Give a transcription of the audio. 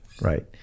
right